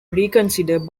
reconsider